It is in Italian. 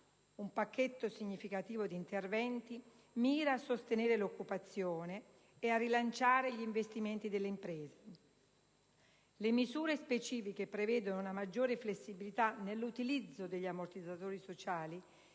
Un pacchetto significativo di interventi mira a sostenere l'occupazione e a rilanciare gli investimenti delle imprese. Le misure specifiche prevedono una maggiore flessibilità nell'utilizzo degli ammortizzatori sociali